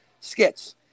skits